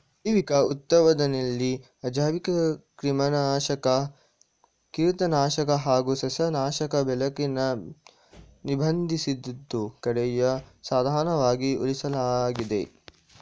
ಜೈವಿಕ ಉತ್ಪಾದನೆಲಿ ಅಜೈವಿಕಕ್ರಿಮಿನಾಶಕ ಕೀಟನಾಶಕ ಹಾಗು ಸಸ್ಯನಾಶಕ ಬಳಕೆನ ನಿರ್ಬಂಧಿಸಿದ್ದು ಕಡೆಯ ಸಾಧನವಾಗಿ ಉಳಿಸಲಾಗಿದೆ